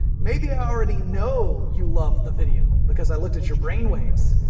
maybe i already know you loved the video, because i looked at your brainwaves.